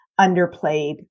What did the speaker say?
underplayed